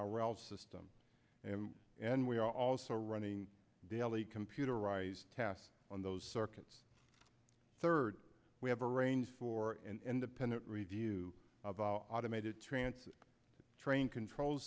rail system and and we are also running daily computerized tests on those circuits third we have arranged for and dependent review of our automated trance train control